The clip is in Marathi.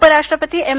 उपराष्ट्रपती एम